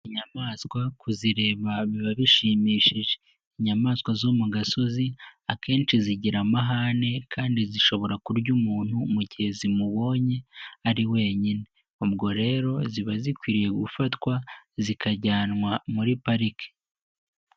Inyamaswa kuzireba biba bishimishije, inyamaswa zo mu gasozi akenshi zigira amahane kandi zishobora kurya umuntu mu gihe zimubonye ari wenyine, ubwo rero ziba zikwiriye gufatwa zikajyanwa muri pariki.